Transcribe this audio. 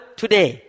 today